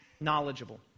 knowledgeable